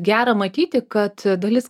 gera matyti kad dalis